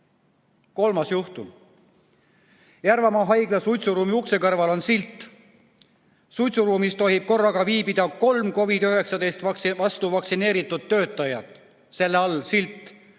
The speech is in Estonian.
Kolmas juhtum. Järvamaa haigla suitsuruumi ukse kõrval on silt "Suitsuruumis tohib korraga viibida kolm COVID-19 vastu vaktsineeritud töötajat". Selle all on silt